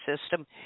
system